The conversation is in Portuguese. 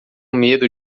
medo